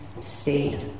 state